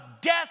death